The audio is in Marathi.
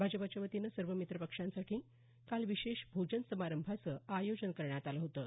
भाजपाच्यावतीनं सर्व मित्रपक्षांसाठी काल विशेष भोजन समारंभाचं आयोजन करण्यात आलं होतं